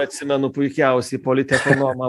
atsimenu puikiausiai politekonomą